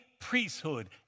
priesthood